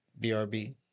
Brb